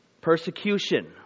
Persecution